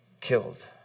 killed